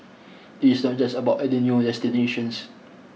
it is not just about adding new destinations